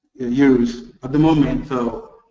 euros. at the moment, though,